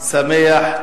שמח,